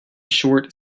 short